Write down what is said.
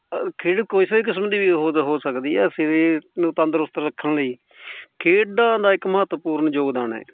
ਖੇਡ ਕਿਸੇ ਕਿਸਮ ਦੀ ਵੀ ਹੋ ਹੋ ਸਕਦੀ ਹੈ ਸਰੀਰ ਨੂੰ ਤੰਦਰੁਸਤ ਰੱਖਣ ਲਈ ਖੇਡਾਂ ਦਾ ਇੱਕ ਮਹੱਤਵਪੂਰਨ ਯੋਗਦਾਨ ਹੈ